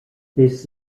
this